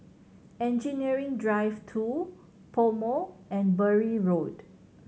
Engineering Drive Two PoMo and Bury Road